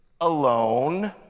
alone